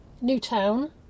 Newtown